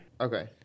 Okay